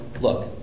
Look